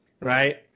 right